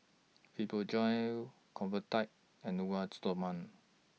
Fibogel Convatec and Stoma